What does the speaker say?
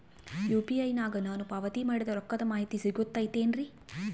UPI ನಾಗ ನಾನು ಪಾವತಿ ಮಾಡಿದ ರೊಕ್ಕದ ಮಾಹಿತಿ ಸಿಗುತೈತೇನ್ರಿ?